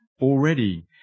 already